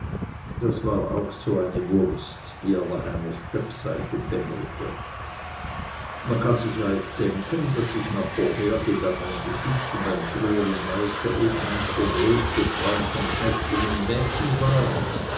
das war auch so eine wurst die er nach einer speckseite benggelte man kann sich leicht denken daß ich nach vorhergegangenen geschichten beim frühern meister eben nicht der größte freund von knechten und mägden war